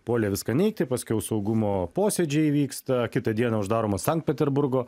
puolė viską neigti paskiau saugumo posėdžiai vyksta kitą dieną uždaromas sankt peterburgo